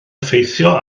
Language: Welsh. effeithio